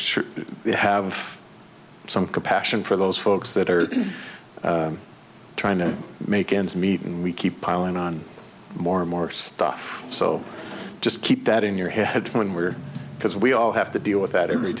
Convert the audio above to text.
sure we have some compassion for those folks that are trying to make ends meet and we keep piling on more and more stuff so just keep that in your head when we are because we all have to deal with that every